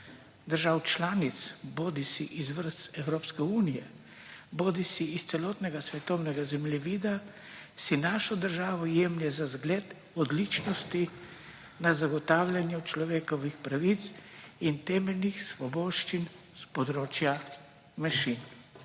držav članic, bodisi iz vrst Evropske unije bodisi iz celotnega svetovnega zemljevida, si našo državo jemlje za zgled odličnosti na zagotavljanju človekovih pravic in temeljih svoboščin s področja manjšin.